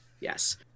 Yes